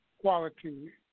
quality